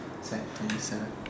it's at twenty seven